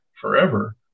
forever